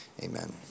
amen